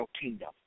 kingdom